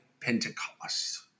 Pentecost